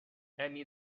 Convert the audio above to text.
amy